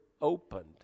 opened